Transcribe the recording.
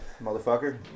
motherfucker